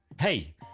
Hey